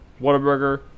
Whataburger